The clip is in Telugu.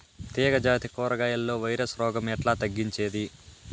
తీగ జాతి కూరగాయల్లో వైరస్ రోగం ఎట్లా తగ్గించేది?